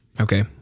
Okay